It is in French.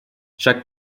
chaque